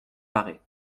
paraît